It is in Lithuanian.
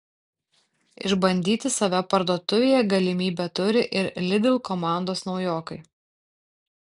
išbandyti save parduotuvėje galimybę turi ir lidl komandos naujokai